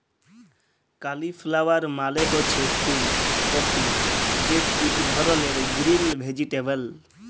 cauliflower মালে হছে ফুল কফি যেট ইক ধরলের গ্রিল ভেজিটেবল